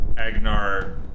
Agnar